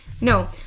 No